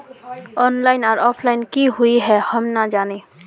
Online आर offline की हुई है हम ना जाने?